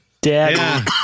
dad